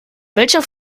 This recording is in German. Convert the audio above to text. welcher